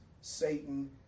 Satan